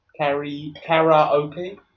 Karaoke